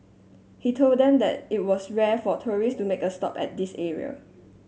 he told them that it was rare for tourist to make a stop at this area